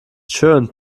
schön